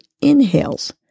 inhales